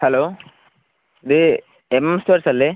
hello ഇത് M stores അല്ലേ